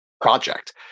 project